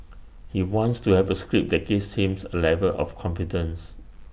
he wants to have A script that gives him A level of confidence